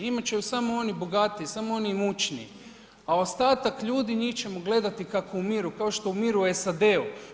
Imati će samo oni bogatiji, samo oni imućniji, a ostatak ljudi njih ćemo gledati kako umiru, kao što umiru u SAD-u.